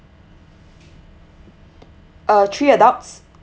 uh three adults